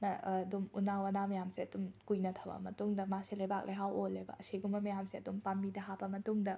ꯅ ꯑꯗꯨꯝ ꯎꯅꯥ ꯋꯥꯅꯥ ꯃꯌꯥꯝꯁꯦ ꯑꯗꯨꯝ ꯀꯨꯏꯅ ꯊꯃꯛ ꯑꯕ ꯃꯇꯨꯡꯗ ꯃꯥꯁꯦ ꯂꯩꯕꯥꯛ ꯂꯩꯍꯥꯎ ꯑꯣꯜꯂꯦꯕ ꯑꯁꯤꯒꯨꯝꯕ ꯃꯌꯥꯝꯁꯦ ꯑꯗꯨꯝ ꯄꯥꯝꯕꯤꯗ ꯍꯥꯞꯄ ꯃꯇꯨꯡꯗ